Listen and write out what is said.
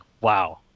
wow